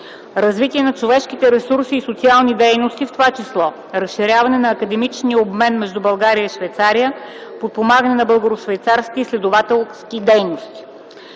развитие на човешките ресурси и социални дейности, в това число разширяване на академичния обмен между България и Швейцария, подпомагане на българо-швейцарски изследователски дейности.